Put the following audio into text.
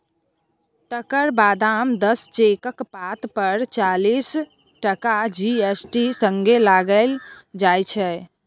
तकर बादक दस चेकक पात पर चालीस टका जी.एस.टी संगे लगाएल जाइ छै